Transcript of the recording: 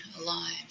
alive